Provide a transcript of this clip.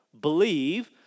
believe